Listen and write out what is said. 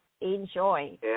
Enjoy